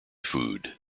food